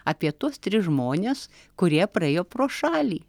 apie tuos tris žmones kurie praėjo pro šalį